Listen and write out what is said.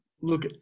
look